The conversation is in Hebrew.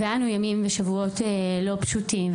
היו לנו ימים ושבועות לא פשוטים,